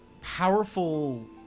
powerful